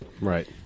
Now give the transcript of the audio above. Right